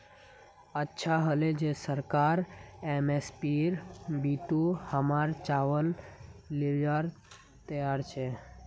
अच्छा हले जे सरकार एम.एस.पीर बितु हमसर चावल लीबार तैयार छ